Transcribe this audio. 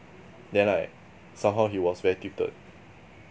then like somehow he was very tilted